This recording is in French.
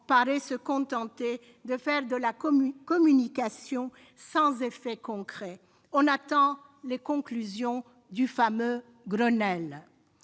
paraît se contenter de faire de la communication sans effets concrets. On attend les conclusions du fameux Grenelle